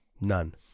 None